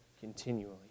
continually